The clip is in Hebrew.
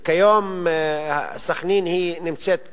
וכיום סח'נין נמצאת,